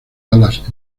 alas